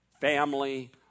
family